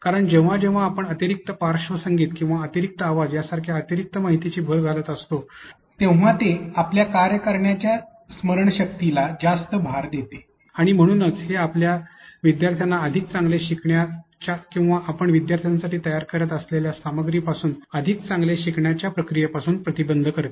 कारण जेव्हा जेव्हा आपण अतिरिक्त पार्श्वसंगीत किंवा अतिरिक्त आवाज यांसारख्या अतिरिक्त माहितीची भर घालत असातो तेव्हा ते आपल्या कार्य करण्याच्या स्मरणशक्तीला जास्त भार देते आणि म्हणूनच हे आपल्या विद्यार्थ्यांना अधिक चांगले शिकण्याच्या किंवा आपण विद्यार्थ्यांसाठी तयार करीत असलेल्या सामग्री पासून अधिक चांगले शिकण्याच्या प्रक्रियेपासून प्रतिबंध करते